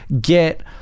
get